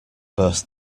burst